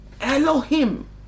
Elohim